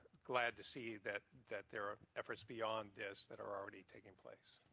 glad to see that that there are efforts beyond this that are already taking place.